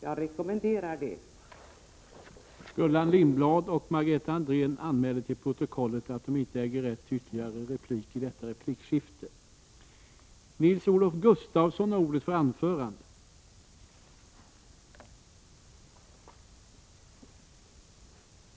Jag rekommenderar därför en genomläsning!